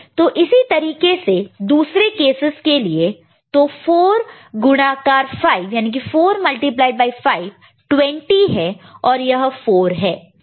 तो इसी तरीके से दूसरे केसस के लिए तो 4 गुणाकार मल्टीप्लाई multiplied 5 20 है और यह 4 है